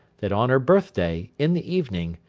that on her birth-day, in the evening,